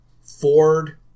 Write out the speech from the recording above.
Ford